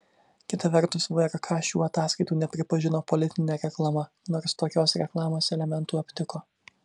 kita vertus vrk šių ataskaitų nepripažino politine reklama nors tokios reklamos elementų aptiko